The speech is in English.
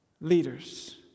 leaders